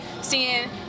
seeing